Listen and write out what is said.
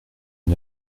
une